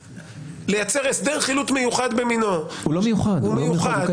לייצר הסדר חילוט מיוחד במינו --- הוא לא מיוחד.